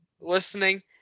listening